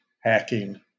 hacking